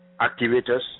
activators